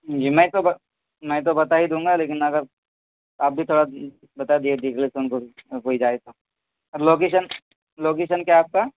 جی میں تو بس میں تو بتا ہی دوں گا لیکن اگر آپ بھی تھوڑا بتا دیے کوئی جائے تو اور لوکیشن لوکیشن کیا ہے آپ کا